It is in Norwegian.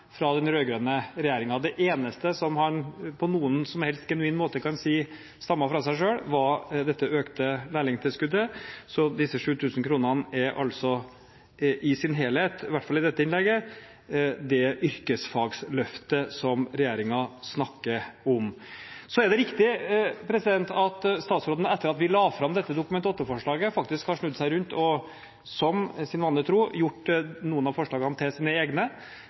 det økte lærlingtilskuddet. Så disse 7 000 kronene er i sin helhet – i hvert fall i dette innlegget – det yrkesfagløftet som regjeringen snakker om. Det er riktig at statsråden, etter at vi la fram dette Dokument 8-forslaget, faktisk har snudd seg rundt og – sin vane tro – gjort noen av forslagene til sine egne.